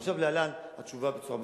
עכשיו, להלן התשובה בצורה מסודרת: